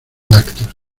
lácteos